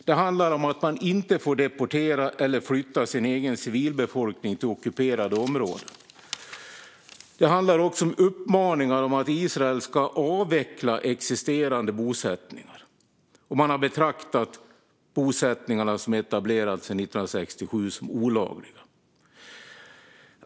Det handlar om att man inte får deportera eller flytta sin egen civilbefolkning till ockuperade områden. Det handlar också om uppmaningar till Israel att avveckla existerande bosättningar. Man har betraktat de bosättningar som har etablerats sedan 1967 som olagliga.